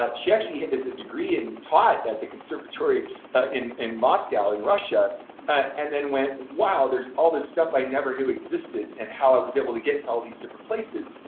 ah she actually has a degree and taught at the conservatory in in moscow in russia and then went wow, there's all this stuff i never knew existed and how i was able to get to all these different places!